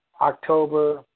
October